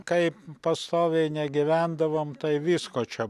kai pastoviai negyvendavom tai visko čia